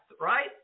right